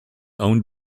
owned